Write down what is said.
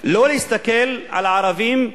לא להסתכל על הערבים כאיום,